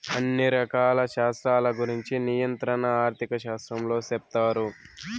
అన్ని రకాల శాస్త్రాల గురుంచి నియంత్రణ ఆర్థిక శాస్త్రంలో సెప్తారు